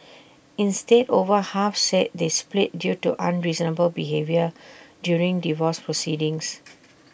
instead over half said they split due to unreasonable behaviour during divorce proceedings